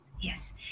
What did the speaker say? yes